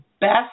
best